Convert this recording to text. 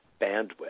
bandwidth